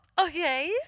okay